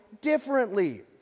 differently